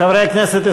חברי הכנסת,